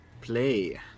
play